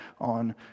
on